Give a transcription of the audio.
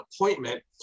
appointment